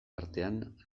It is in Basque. artean